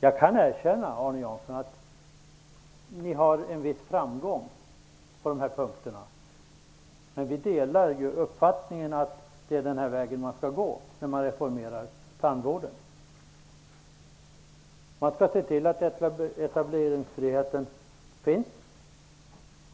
Jag kan erkänna, Arne Jansson, att ni har haft en viss framgång på dessa punkter. Men vi delar uppfattningen att det är den här vägen man skall gå när man reformerar tandvården. Man skall se till att etableringsfriheten finns,